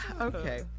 okay